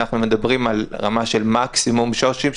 אלא אנחנו מדברים על רמה של מקסימום שו"שים,